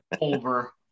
Over